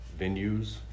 venues